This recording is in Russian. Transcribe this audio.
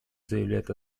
заявляет